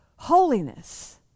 holiness